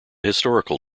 historical